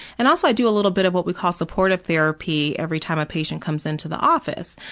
and also, i do a little bit of what we call supportive therapy every time a patient comes in to the office.